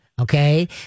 Okay